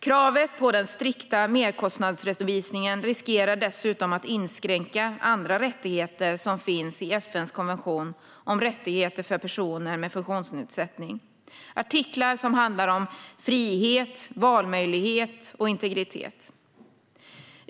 Kravet på den strikta merkostnadsredovisningen riskerar dessutom att inskränka andra rättigheter som finns i FN:s konvention om rättigheter för personer med funktionsnedsättning, artiklar som handlar om frihet, valmöjlighet och integritet.